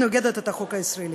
והיא נוגדת את החוק הישראלי.